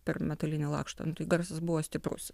per metalinį lakštą nu tai garsas buvo stiprus